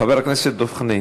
חבר הכנסת דב חנין,